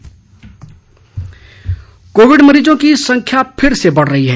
Covid संदेश covid मरीजों की संख्या फिर से बढ़ रही है